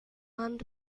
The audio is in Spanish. han